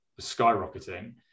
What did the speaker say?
skyrocketing